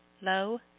Low